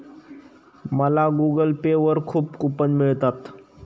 मला Google Pay वर खूप कूपन मिळतात